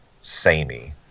samey